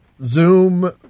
Zoom